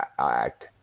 Act